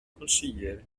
consiglieri